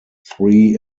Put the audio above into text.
three